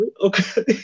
okay